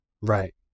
Right